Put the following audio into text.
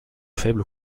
faibles